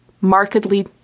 markedly